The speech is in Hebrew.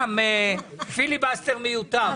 זה סתם פיליבסטר מיותר.